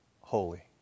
holy